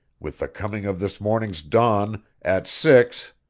with the coming of this morning's dawn at six